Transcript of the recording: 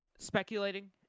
Speculating